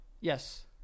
Yes